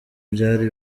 byari